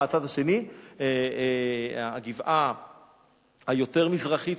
הגבעה היותר-מזרחית,